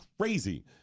crazy